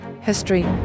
history